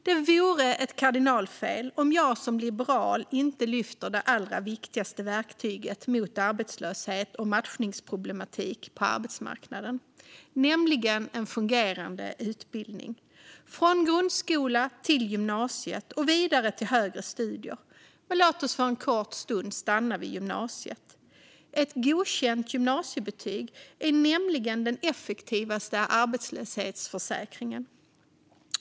Det vore ett kardinalfel om jag som liberal inte lyfte fram det allra viktigaste verktyget mot arbetslöshet och matchningsproblematik på arbetsmarknaden, nämligen en fungerade utbildning från grundskola till gymnasium och vidare till högre studier. Låt oss för en kort stund stanna vid gymnasiet. Ett godkänt gymnasiebetyg är nämligen den effektivaste arbetslöshetsförsäkringen.